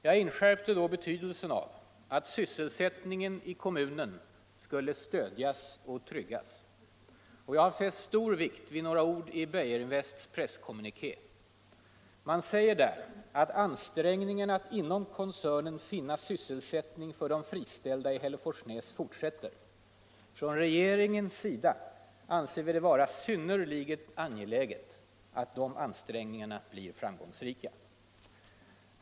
Jag inskärpte då betydelsen av ull sysselsättningen i kommunen skulle stödjas och tryggas. Jag har tn w 'n + fäst stor vikt vid några ord i Beijerinvests presskommuniké, där man säger att ansträngningarna att inom koncernen finna sysselsättning för de friställda i Hälleforsnäs fortsätter. Från regeringens sida anser vi det vara synnerligen angeläget att de ansträngningarna blir frumgångsrika.